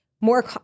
more